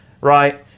right